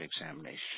examination